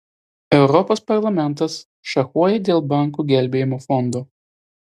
europos parlamentas šachuoja dėl bankų gelbėjimo fondo